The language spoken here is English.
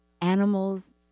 animals